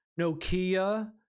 Nokia